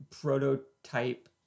prototype